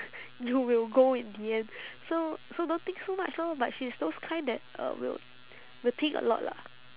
you will go in the end so so don't think so much lor but she's those kind that uh will will think a lot lah